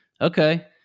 Okay